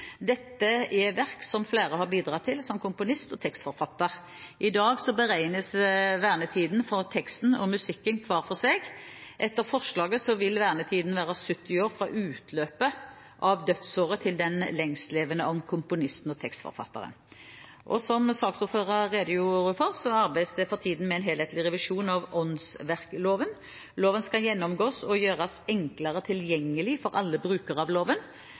Dette er verk som flere har bidratt til som komponist og tekstforfatter. I dag beregnes vernetiden for teksten og musikken hver for seg. Etter forslaget vil vernetiden være 70 år fra utløpet av dødsåret til den lengstlevende av komponisten og tekstforfatteren. Som saksordføreren redegjorde for, arbeides det for tiden med en helhetlig revisjon av åndsverkloven. Loven skal gjennomgås og gjøres enklere tilgjengelig for alle brukere av loven.